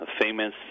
famous